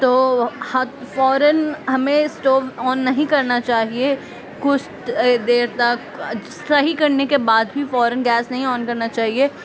تو فوراً ہمیں اسٹوو آن نہیں کرنا چاہیے کچھ دیر تک صحیح کرنے کے بعد بھی فوراً گیس نہیں آن کرنا چاہیے